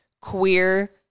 queer